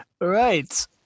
right